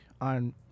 on